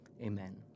Amen